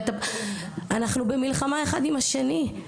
אנחנו במלחמה אחד עם השני,